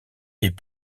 aient